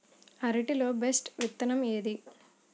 అరటి లో బెస్టు విత్తనం ఏది?